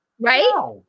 Right